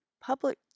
Public